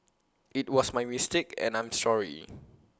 IT was my mistake and I'm sorry